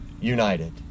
united